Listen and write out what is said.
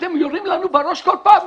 אתם יורים לנו בראש כל פעם,